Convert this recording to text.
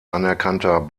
anerkannter